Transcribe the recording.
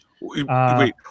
wait